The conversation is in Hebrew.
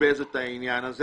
בזבז אותו קודם לכן.